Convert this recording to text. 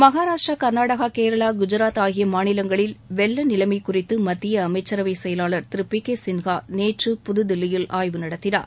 மகாராஷ்டிரா கர்நாடகா கேரளா குஜராத் ஆகிய மாநிலங்களில் வெள்ள நிலைமை குறித்து மத்திய அமைச்சரவை செயலாளர் திரு பி கே சின்ஹா நேற்று புதுதில்லியில் ஆய்வு நடத்தினார்